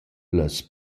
las